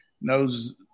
knows